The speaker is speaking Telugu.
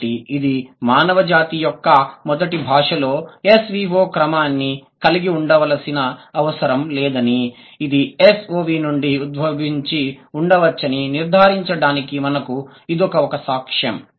కాబట్టి ఇది మానవజాతి యొక్క మొదటి భాషలో SVO క్రమాన్ని కలిగి ఉండవలసిన అవసరం లేదని ఇది SOV నుండి ఉద్భవించి ఉండవచ్చని నిర్ధారించడానికి మనకు ఇదొక ఒక సాక్ష్యం